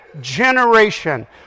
generation